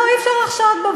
לא, אי-אפשר לחשוד בו.